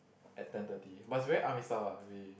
at ten thirty but it's very army style lah really